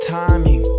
timing